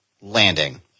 landing